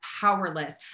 powerless